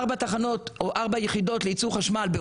של ארבע יחידות לייצור חשמל,